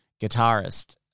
guitarist